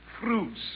Fruits